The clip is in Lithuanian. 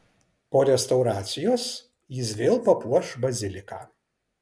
po restauracijos jis vėl papuoš baziliką